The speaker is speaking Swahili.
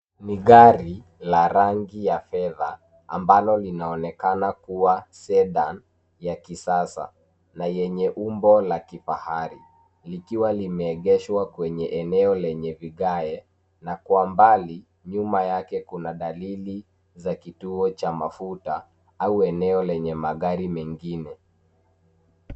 Ni gari la rangi ya fedha ambalo linaonekana kuwa Sedan ya kisasa na yenye umbo la kifahari likiwa limeegeshwa katika eneo lenye vigae na kwa mbali nyuma yake kuna dalili ya kituo cha mafuta au eneo lenye magari mengine.